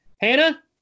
Hannah